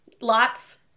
lots